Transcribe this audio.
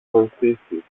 βοηθήσεις